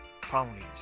Ponies